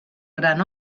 gran